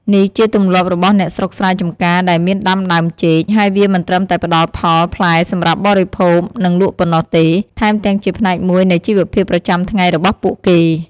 នេះជាទម្លាប់របស់អ្នកស្រុកស្រែចំការដែលមានដាំដើមចេក ហើយវាមិនត្រឹមតែផ្ដល់ផលផ្លែសម្រាប់បរិភោគ និងលក់ប៉ុណ្ណោះទេ ថែមទាំងជាផ្នែកមួយនៃជីវភាពប្រចាំថ្ងៃរបស់ពួកគេ។។